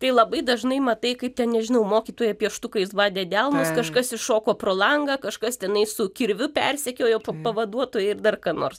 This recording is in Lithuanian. tai labai dažnai matai kaip ten nežinau mokytoja pieštukais badė delnus kažkas iššoko pro langą kažkas tenai su kirviu persekiojo pa pavaduotoją ir dar ką nors